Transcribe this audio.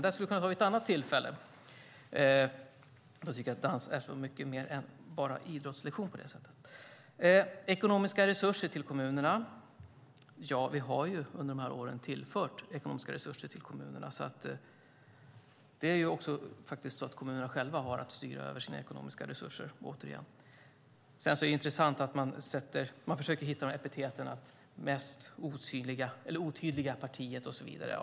Det kan vi dock ta vid ett annat tillfälle. När det gäller ekonomiska resurser till kommunerna har vi under de här åren tillfört ekonomiska resurser till kommunerna, och kommunerna själva har att styra över sina ekonomiska resurser. Det är intressant att man försöker hitta epitet av typen det mest otydliga partiet och så vidare.